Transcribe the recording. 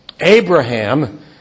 Abraham